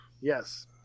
Yes